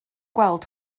gweld